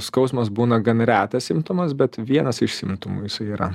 skausmas būna gan retas simptomas bet vienas iš simptomų jisai yra